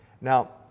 Now